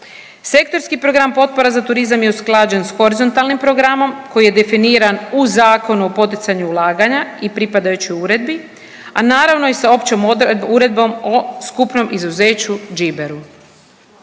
Sektorski program potpora za turizam je usklađen s horizontalnim programom koji je definiran u Zakonu o poticanju ulaganja i pripadajućoj uredbi, a naravno i sa Općom uredbom o skupnom izuzeću GBER-u.